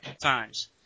Times